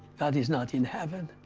god is not in heaven.